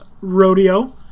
rodeo